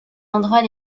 endroits